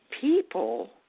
people